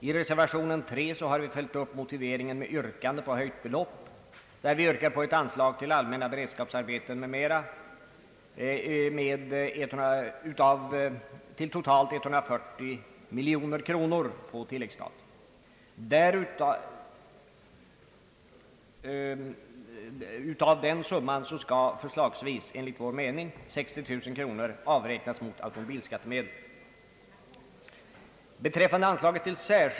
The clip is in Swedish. I reservation 3 har vi följt upp motiveringen med yrkande om höjt belopp. Vi yrkar på ett reservationsanslag till allmänna beredskapsarbeten m.m. om totalt 140 miljoner kronor på tilläggsstat, varav förslagsvis 60 miljoner kronor att avräknas mot automobilskattemedel.